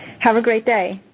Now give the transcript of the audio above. have a great day.